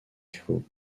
chaos